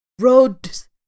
roads